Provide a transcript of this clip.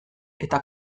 eta